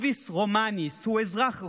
Civis Romanus, הוא אזרח רומי,